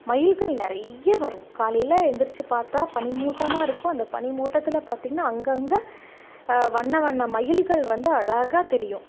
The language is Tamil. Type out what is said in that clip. மயில்கள் நிறைய வரும் காலையில் எழுந்திரிச்சி பார்த்தா பனிமூட்டமாக இருக்கும் அந்த பனி மூட்டத்தில் பார்த்தீங்கன்னா அங்கங்கே வண்ண வண்ண மயில்கள் வந்து அழகாக தெரியும்